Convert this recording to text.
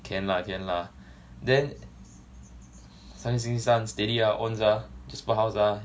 can lah can lah then 三星期三 steady ah on ah jasper house ah